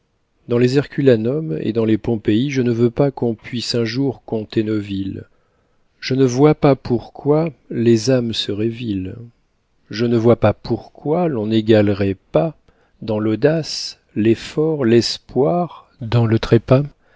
dans les herculanums et dans les pompéïs je ne veux pas qu'on puisse un jour compter nos villes je ne vois pas pourquoi les âmes seraient viles je ne vois pas pourquoi l'on n'égalerait pas dans l'audace l'effort l'espoir dans le trépas